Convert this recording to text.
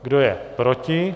Kdo je proti?